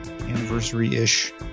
anniversary-ish